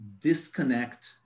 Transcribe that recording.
disconnect